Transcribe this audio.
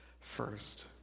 First